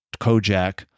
Kojak